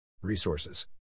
Resources